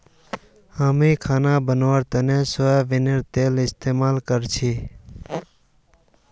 हामी खाना बनव्वार तने सोयाबीनेर तेल इस्तेमाल करछी